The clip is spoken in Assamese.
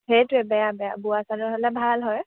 সেইটোৱে বেয়া বেয়া বোৱা চাদৰ হ'লে ভাল হয়